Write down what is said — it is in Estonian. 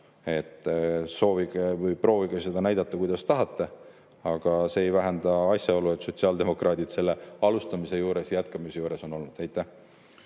Soovige või proovige seda näidata, kuidas tahate, aga see ei vähenda asjaolu, et sotsiaaldemokraadid selle alustamise juures ja jätkamise juures on olnud. Aitäh!